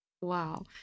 Wow